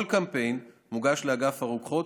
כל קמפיין מוגש לאגף הרוקחות,